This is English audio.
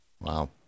Wow